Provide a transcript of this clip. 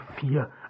fear